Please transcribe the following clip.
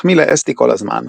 מחמיא לאסתי כל הזמן.